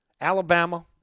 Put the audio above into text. Alabama